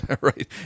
Right